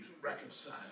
reconcile